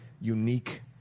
unique